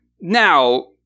Now